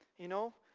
you know,